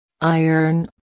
Iron